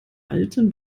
alten